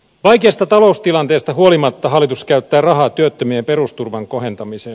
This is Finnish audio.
vaikeasta taloustilanteesta huolimatta hallitus käyttää rahaa työttömien perusturvan kohentamiseen